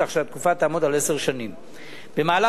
כך שהתקופה תעמוד על עשר שנים.